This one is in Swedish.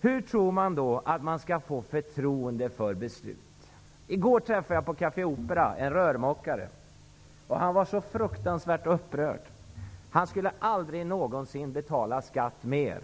Hur tror man då att svenska folket skall få förtroende för beslut? I går träffade jag på kafé Opera en rörmokare. Han var så fruktansvärt upprörd. Han skulle aldrig någonsin betala skatt mer.